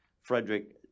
Frederick